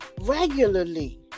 regularly